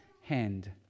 hand